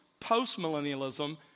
postmillennialism